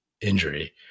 injury